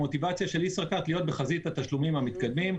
המוטיבציה של ישראכרט להיות בחזית התשלומים המתקדמים.